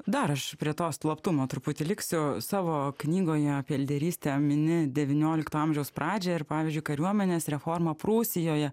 dar aš prie to slaptumo truputį liksiu savo knygoje apie lyderystę mini devyniolikto amžiaus pradžią ir pavyzdžiui kariuomenės reformą prūsijoje